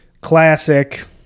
classic